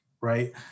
right